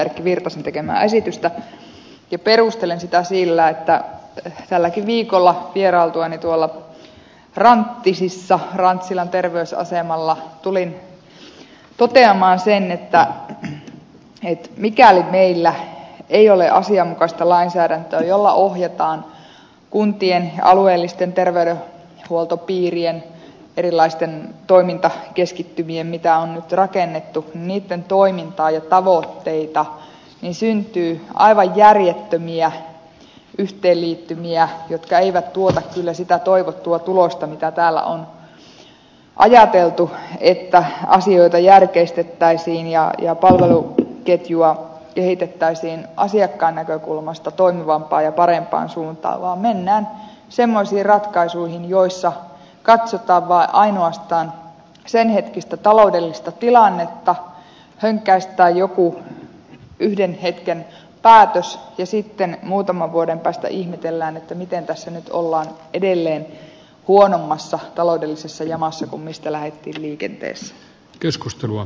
erkki virtasen tekemää esitystä ja perustelen sitä sillä että tälläkin viikolla vierailtuani ranttisissa rantsilan terveysasemalla tulin toteamaan sen että mikäli meillä ei ole asianmukaista lainsäädäntöä jolla ohjataan kuntien alueellisten tervey denhuoltopiirien erilaisten toimintakeskittymien mitä on nyt rakennettu toimintaa ja tavoitteita niin syntyy aivan järjettömiä yhteenliittymiä jotka eivät tuota kyllä sitä toivottua tulosta mitä täällä on ajateltu että asioita järkeistettäisiin ja palveluketjua kehitettäisiin asiakkaan näkökulmasta toimivampaan ja parempaan suuntaan vaan mennään semmoisiin ratkaisuihin joissa katsotaan ainoastaan senhetkistä taloudellista tilannetta hönkäistään joku yhden hetken päätös ja sitten muutaman vuoden päästä ihmetellään miten tässä nyt ollaan edelleen huonommassa taloudellisessa jamassa kuin mistä lähdettiin liikenteeseen